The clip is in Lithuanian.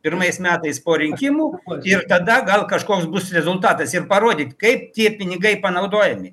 pirmais metais po rinkimų ir tada gal kažkoks bus rezultatas ir parodyt kaip tie pinigai panaudojami